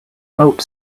boat